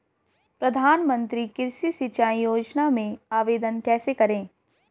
प्रधानमंत्री कृषि सिंचाई योजना में आवेदन कैसे करें?